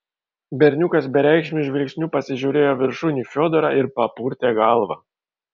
berniukas bereikšmiu žvilgsniu pasižiūrėjo viršun į fiodorą ir papurtė galvą